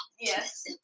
Yes